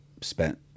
spent